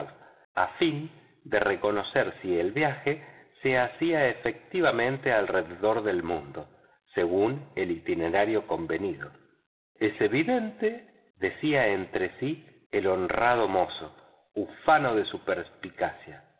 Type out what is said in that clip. a fin de reconocer si el viaje se hacía efectivamente alrededor del mundo según el itinerario convenido es evidente es evidente decía para sí el honrado mozo ufano de su perspicacia